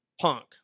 Punk